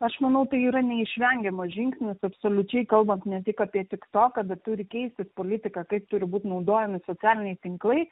aš manau tai yra neišvengiamas žingsnis absoliučiai kalbant ne tik apie tiktoką bet turi keistis politika kaip turi būt naudojami socialiniai tinklai